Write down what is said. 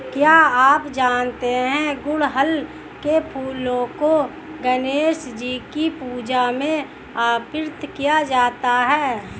क्या आप जानते है गुड़हल के फूलों को गणेशजी की पूजा में अर्पित किया जाता है?